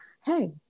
hey